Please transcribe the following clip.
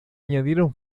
añadieron